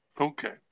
Okay